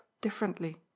differently